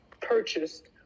purchased